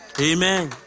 Amen